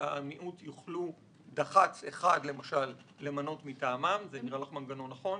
המיעוט יוכלו למנות דח"צ אחד מטעמם נראה לך מנגנון נכון?